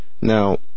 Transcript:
Now